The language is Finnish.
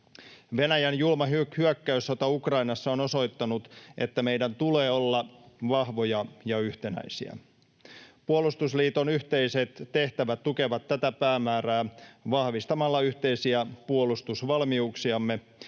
Venäjän julma hyökkäyssota Ukrainassa on osoittanut, että meidän tulee olla vahvoja ja yhtenäisiä. Puolustusliiton yhteiset tehtävät tukevat tätä päämäärää vahvistamalla yhteisiä puolustusvalmiuksiamme